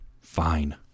Fine